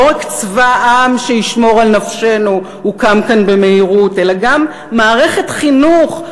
לא רק צבא העם שישמור על נפשנו הוקם כאן במהירות אלא גם מערכת חינוך,